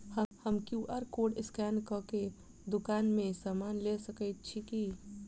हम QR code scan कऽ केँ दुकान मे समान लऽ सकैत छी की?